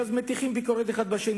ואז מטיחים ביקורת זה בזה.